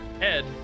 Ed